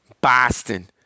Boston